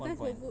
one point